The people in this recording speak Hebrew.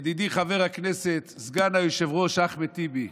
ידידי חבר הכנסת סגן היושב-ראש אחמד טיבי,